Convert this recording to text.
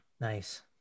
Nice